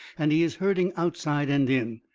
and he is hurting outside and in.